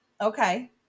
Okay